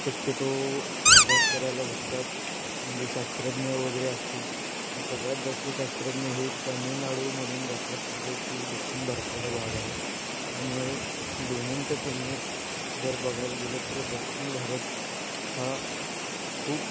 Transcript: शक्यतो अभ्यास करायला बघतात म्हणजे शास्त्रज्ञ वगैरे असतील ते सगळ्यात जास्त शास्त्रज्ञ हे तामिळनाडूमधून जातात जो की दक्षिण भारताचा भाग आहे त्यामुळे दोन्हींच्या तुलनेत जर बघायला गेलं तर दक्षिण भारत हा खूप